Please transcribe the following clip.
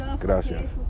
Gracias